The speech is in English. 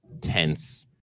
tense